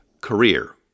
career